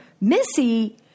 Missy